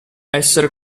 essere